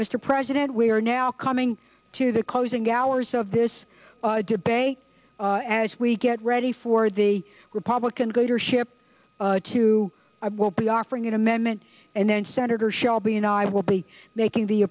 mr president we are now coming to the closing hours of this debate as we get ready for the republicans greater ship q i will be offering an amendment and then senator shelby and i will be making the